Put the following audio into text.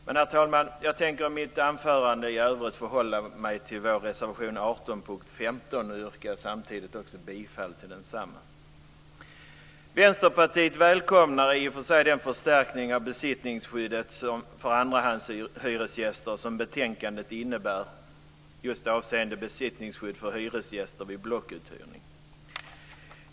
Men, herr talman, jag tänker i mitt anförande i övrigt förhålla mig till vår reservation 18 under punkt Vänsterpartiet välkomnar i och för sig den förstärkning av besittningsskyddet för andrahandshyresgäster som förslaget i betänkandet innebär just avseende besittningsskydd för hyresgäster vid blockuthyrning.